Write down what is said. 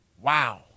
Wow